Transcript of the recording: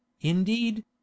indeed